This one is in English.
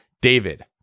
David